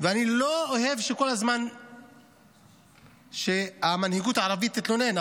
אני לא אוהב שכל הזמן המנהיגות הערבית תתלונן,